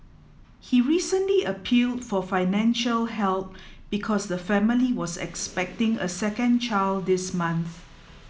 he recently appealed for financial help because the family was expecting a second child this month